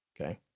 okay